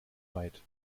weit